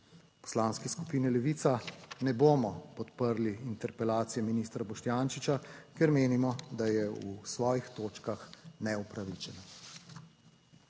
Poslanski skupini Levica ne bomo podprli interpelacije ministra Boštjančiča, ker menimo, da je v svojih točkah neupravičena.